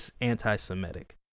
anti-Semitic